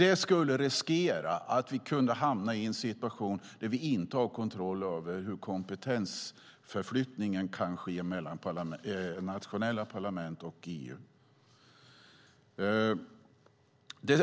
Då skulle vi riskera att hamna i en situation där vi inte har kontroll över hur kompetensförflyttningen mellan de nationella parlamenten och EU kan ske.